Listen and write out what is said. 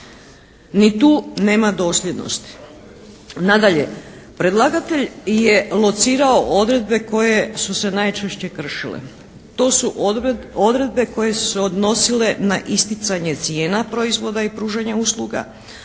Ni tu nema dosljednosti. Nadalje, predlagatelj je locirao odredbe koje su se najčešće kršile, to su odredbe koje su se odnosile na isticanje cijena proizvoda i pružanje usluga,